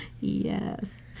Yes